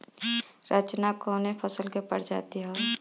रचना कवने फसल के प्रजाति हयुए?